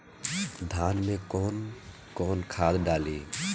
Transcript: धान में कौन कौनखाद डाली?